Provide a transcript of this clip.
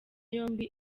yombi